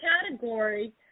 category